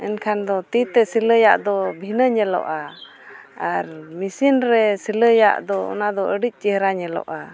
ᱮᱱᱠᱷᱟᱱ ᱫᱚ ᱛᱤ ᱛᱮ ᱥᱤᱞᱟᱹᱭᱟᱜ ᱫᱚ ᱵᱷᱤᱱᱟᱹ ᱧᱮᱞᱚᱜᱼᱟ ᱟᱨ ᱢᱮᱹᱥᱤᱱ ᱨᱮ ᱥᱤᱞᱟᱹᱭᱟᱜ ᱫᱚ ᱚᱱᱟᱫᱚ ᱟᱹᱰᱤ ᱪᱮᱦᱨᱟ ᱧᱮᱞᱚᱜᱼᱟ